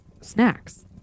snacks